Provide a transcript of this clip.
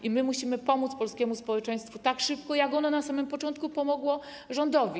I my musimy pomóc polskiemu społeczeństwu tak szybko, jak ono na samym początku pomogło rządowi.